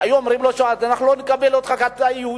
והיו אומרים לו: לא נקבל אותך כי אתה יהודי.